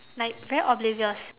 like very oblivious